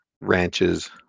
ranches